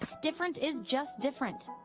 different is just different.